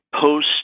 post